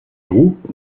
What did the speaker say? groupe